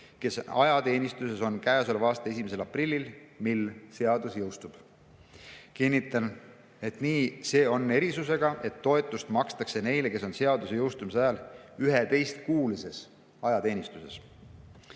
kes on ajateenistuses käesoleva aasta 1. aprillil, mil seadus jõustub. Kinnitan, et nii see on, erisusega, et toetust makstakse neile, kes on seaduse jõustumise ajal 11-kuulises ajateenistuses.